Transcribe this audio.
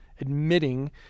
admitting